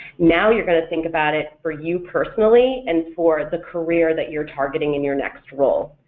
now you're going to think about it for you personally and for the career that you're targeting in your next role.